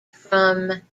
from